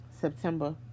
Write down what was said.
September